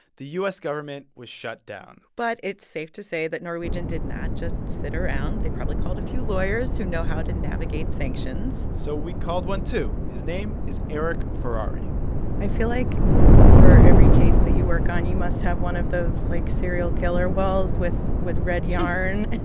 the u s. government was shut down but it's safe to say that norwegian did not just sit around. they probably called a few lawyers who know how to navigate sanctions so we called one, too. his name is erich ferrari i feel like for every case that you work on, you must have one of those, like, serial killer walls with with red yarn and